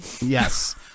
Yes